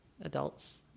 adults